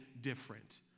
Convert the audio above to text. different